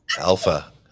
Alpha